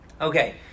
Okay